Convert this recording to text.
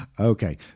Okay